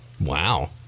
Wow